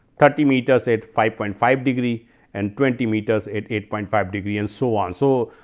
thirty meters at five point five degree and twenty meters at eight point five degree and so on. so,